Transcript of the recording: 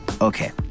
Okay